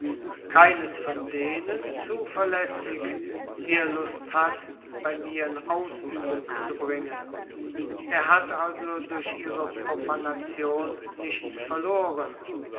keines von denen zuverlässig die er lust hat bei mir in ausübung zu bringen er hat also durch ihre profanation nichts verloren